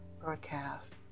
broadcast